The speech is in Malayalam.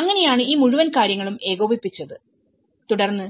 അങ്ങനെയാണ് ഈ മുഴുവൻ കാര്യങ്ങളും ഏകോപിപ്പിച്ചത് തുടർന്ന്